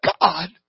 God